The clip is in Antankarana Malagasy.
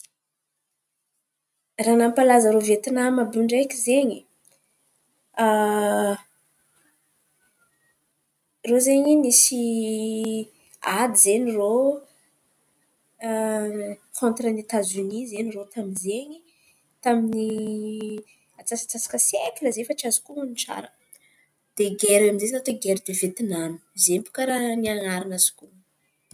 Raha nampalaza irô Vietinam àby iô ndraiky izen̈y irô zen̈y nisy ady izen̈y irô antra Etazonia irô tamin’izen̈y, tamin’ny antsasakasaka siekla izen̈y fa tsy azoko honon̈o tsara de gera iô amizay natô gera Vietnam zen̈y baka raha ny nazoko honon̈o.